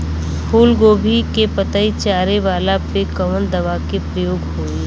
फूलगोभी के पतई चारे वाला पे कवन दवा के प्रयोग होई?